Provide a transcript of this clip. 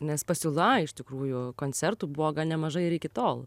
nes pasiūla iš tikrųjų koncertų buvo gan nemaža ir iki tol